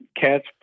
Cats